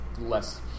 less